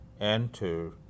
enter